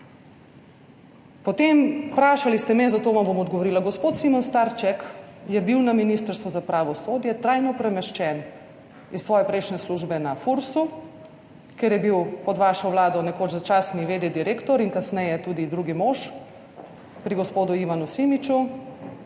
Potem, vprašali ste me, zato vam bom odgovorila. Gospod Simon Starček je bil na Ministrstvu za pravosodje trajno premeščen iz svoje prejšnje službe na FURS, ker je bil pod vašo vlado nekoč začasni v.d. direktor in kasneje tudi drugi mož pri gospodu Ivanu Simiču,